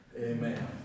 Amen